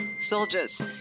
Soldiers